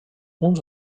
uns